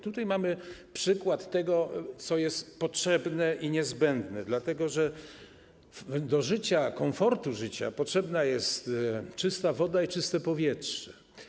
Tutaj mamy przykład tego, co jest potrzebne i niezbędne, dlatego że do życia, do komfortu życia potrzebne są czysta woda i czyste powietrze.